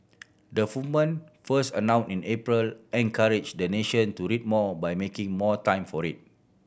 the movement first in April encourage the nation to read more by making more time for it